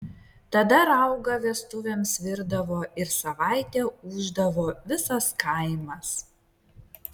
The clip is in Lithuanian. tada raugą vestuvėms virdavo ir savaitę ūždavo visas kaimas